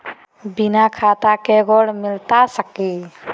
बिना खाता के कार्ड मिलता सकी?